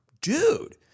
dude